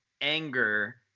anger